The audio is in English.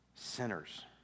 Sinners